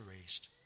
raised